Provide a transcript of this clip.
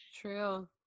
true